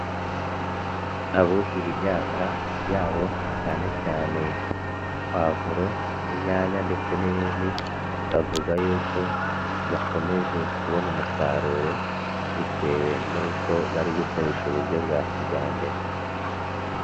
Abuhira imyaka yabo cyane cyane pavuro, inyanya ndetse n'ibindi, bavuga yuko bakomeje kubona umusaruro, bitewe n'uko bari gukoresha uburyo bwa kijyambere.